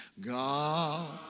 God